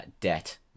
debt